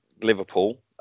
Liverpool